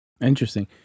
Interesting